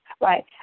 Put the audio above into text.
right